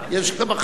יש גם אחרים.